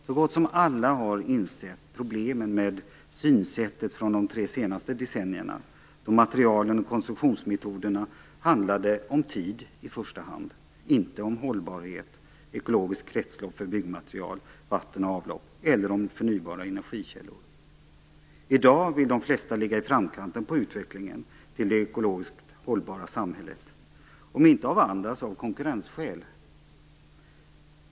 Så gott som alla har insett problemen med synsättet från de tre senaste decennierna, då materialen och konstruktionsmetoderna handlade om tid i första hand - inte om hållbarhet, ekologiska kretslopp för byggmaterial, vatten och avlopp, eller om förnybara energikällor. I dag vill de flesta ligga i framkanten på utvecklingen till det ekologiskt hållbara samhället, om inte av andra skäl så av konkurrensskäl.